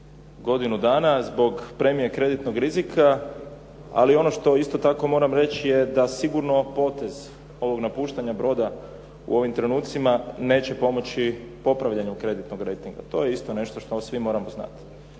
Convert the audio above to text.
godinu dana, zbog premije kreditnog rizika. Ali ono što isto tako moram reći da sigurno potez ovog napuštanja broda u ovim trenucima neće pomoći popravljanju kreditnog rejtinga. To je isto nešto što svi moramo znati.